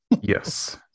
Yes